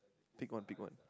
pick one pick one